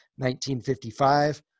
1955